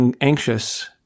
anxious